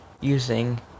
using